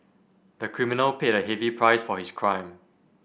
the criminal paid a heavy price for his crime